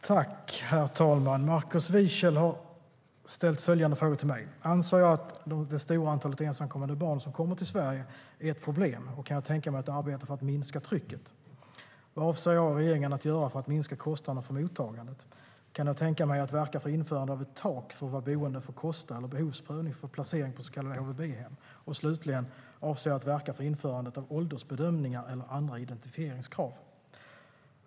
Herr talman! Markus Wiechel har ställt följande frågor till mig: Anser jag att det stora antalet ensamkommande barn som kommer till Sverige är ett problem, och kan jag kan tänka mig att arbeta för att minska trycket? Vad avser jag och regeringen att göra för att minska kostnaderna för mottagandet? Kan jag tänka mig att verka för införandet av ett tak för vad boenden får kosta eller behovsprövning för placering på så kallade HVB-hem? Och slutligen: Avser jag att verka för införandet av åldersbedömningar eller andra identifieringskrav?